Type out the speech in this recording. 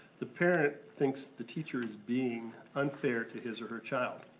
the parent thinks the teacher is being unfair to his or her child.